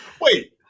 Wait